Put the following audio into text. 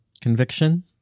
conviction